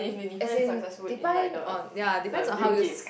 as in depend on ya depends on how you